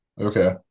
Okay